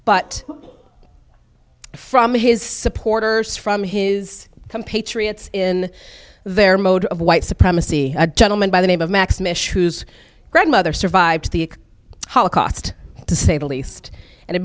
but from his supporters from his compatriots in their mode of white supremacy a gentleman by the name of maxim issues grandmother survived the holocaust to say the least and t